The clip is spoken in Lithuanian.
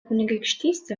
kunigaikštystė